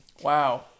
Wow